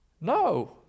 No